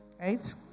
Right